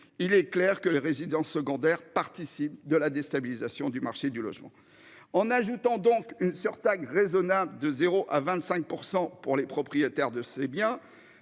il est clair que les résidences secondaires participe de la déstabilisation du marché du logement en ajoutant donc une soeur raisonnable de 0 à 25% pour les propriétaires de ces biens.